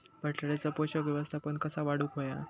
बटाट्याचा पोषक व्यवस्थापन कसा वाढवुक होया?